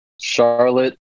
Charlotte